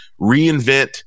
reinvent